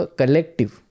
collective